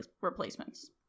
replacements